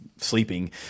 sleeping